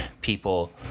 people